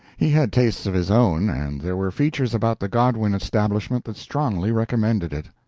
he had tastes of his own, and there were features about the godwin establishment that strongly recommended it.